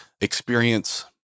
experience